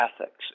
ethics